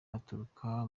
aturuka